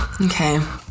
Okay